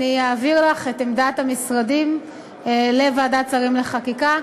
אני אעביר לך את עמדת המשרדים לוועדת שרים לחקיקה.